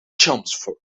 chelmsford